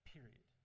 Period